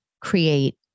create